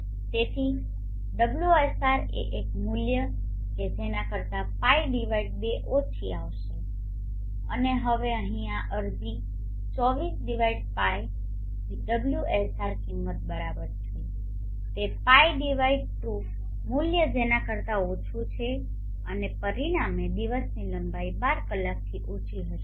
અને તેથી ωsr એક મૂલ્ય કે જેના કરતાં π 2 ઓછી આવશે અને હવે અહીં આ અરજી 24π ωsr કિંમત બરાબર છે તે π2 મૂલ્ય જેના કરતા ઓછું છે અને પરિણામે દિવસની લંબાઈ 12 કલાકથી ઓછી હશે